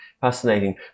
fascinating